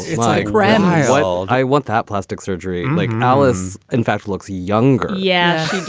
like rand hywel. i want that plastic surgery like knoller's, in fact, looks younger. yes,